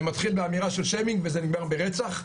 זה מתחיל באמירה של שיימינג וזה נגמר ברצח.